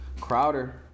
Crowder